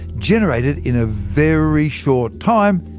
generated in a very short time.